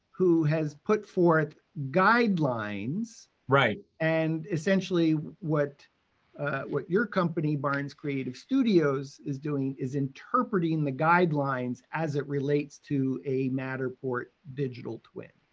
who has put forth guidelines. right. and essentially what what your company, barnes creative studios is doing, is interpreting the guidelines as it relates to a matterport digital twin.